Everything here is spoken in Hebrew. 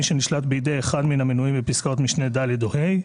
מי שנשלט בידי אחד מן המנויים בפסקאות משנה (ד) או (ה).